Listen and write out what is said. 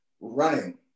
Running